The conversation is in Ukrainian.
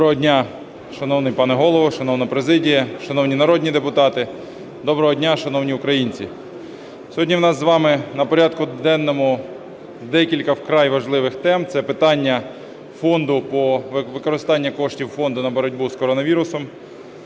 Доброго дня, шановний пане Голово, шановна президія, шановні народні депутати! Доброго дня, шановні українці! Сьогодні у нас з вами на порядку денному декілька вкрай важливих тем. Це питання фонду, використання коштів фонду на боротьбу з коронавірусом.